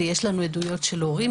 ויש לנו עדויות של הורים,